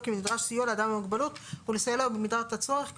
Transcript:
אם נדרש סיוע לאדם עם המוגבלות ולסייע לו במידת הצורך.